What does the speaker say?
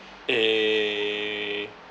eh